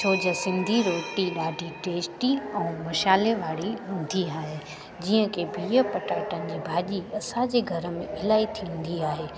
छो जे सिंधी रोटी ॾाढी टेस्टी ऐं मसाल्हे वारी हूंदी आहे जीअं के बिह पटाटनि जी भाॼी असांजे घर में इलाही थींदी आहे